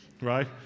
right